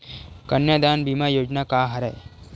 कन्यादान बीमा योजना का हरय?